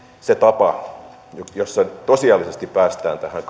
se tapa jolla tosiasiallisesti päästään tähän